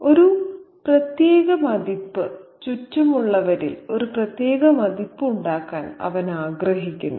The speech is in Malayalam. ഒരു പ്രത്യേക മതിപ്പ് ചുറ്റുമുള്ളവരിൽ ഒരു പ്രത്യേക മതിപ്പ് ഉണ്ടാക്കാൻ അവൻ ആഗ്രഹിക്കുന്നു